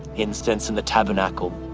incense in the tabernacle,